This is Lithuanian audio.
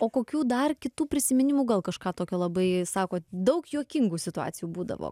o kokių dar kitų prisiminimų gal kažką tokio labai sakot daug juokingų situacijų būdavo